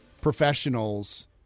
professionals